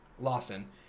Lawson